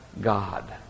God